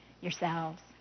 yourselves